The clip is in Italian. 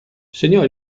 segnò